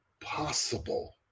possible